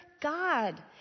God